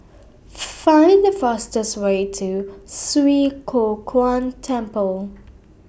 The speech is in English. Find The fastest Way to Swee Kow Kuan Temple